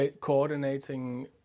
coordinating